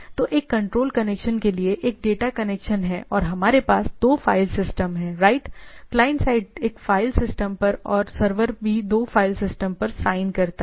तो एक control connection के लिए है एक डेटा कनेक्शन है और हमारे पास दो फाइल सिस्टम हैं राइट क्लाइंट साइड एक फाइल सिस्टम पर और सर्वर भी दो फाइल सिस्टम पर साइन करता है